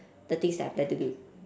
the things that I plan to do